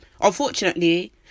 unfortunately